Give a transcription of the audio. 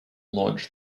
launched